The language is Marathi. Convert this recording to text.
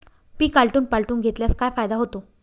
पीक आलटून पालटून घेतल्यास काय फायदा होतो?